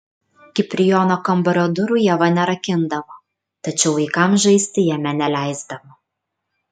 kiprijono kambario durų ieva nerakindavo tačiau vaikams žaisti jame neleisdavo